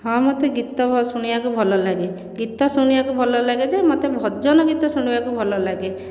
ହଁ ମୋତେ ଗୀତ ଶୁଣିବାକୁ ଭଲ ଲାଗେ ଗୀତ ଶୁଣିବାକୁ ଭଲ ଲାଗେ ଯେ ମୋତେ ଭଜନ ଗୀତ ଶୁଣିବାକୁ ଭଲ ଲାଗେ